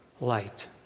light